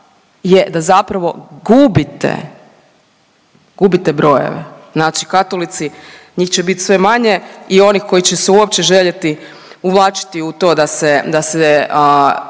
je da zapravo gubite, gubite brojeve. Znači katolici njih će biti sve manje i onih koji će se uopće željeti uvlačiti u to da se